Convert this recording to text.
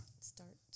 start